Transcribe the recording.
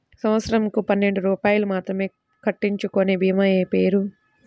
సంవత్సరంకు పన్నెండు రూపాయలు మాత్రమే కట్టించుకొనే భీమా పేరు?